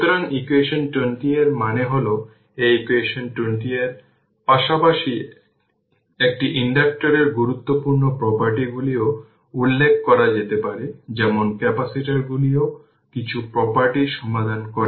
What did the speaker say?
সুতরাং ইকুয়েশন 20 এর মানে হল এই ইকুয়েশন 20 এর পাশাপাশি একটি ইন্ডাকটর এর গুরুত্বপূর্ণ প্রপার্টি গুলিও উল্লেখ করা যেতে পারে যেমন ক্যাপাসিটরগুলিও কিছু প্রপার্টি সমাধান করে